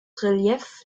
relief